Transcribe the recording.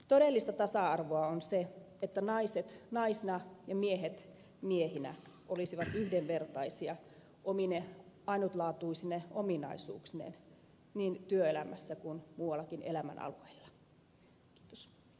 todellista tasa arvoa on se että naiset naisina ja miehet miehinä olisivat yhdenvertaisia omine ainutlaatuisine ominaisuuksineen niin työelämässä kuin muuallakin elämän alueilla